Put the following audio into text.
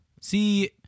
See